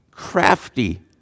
Crafty